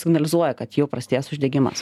signalizuoja kad jau prasidėjęs uždegimas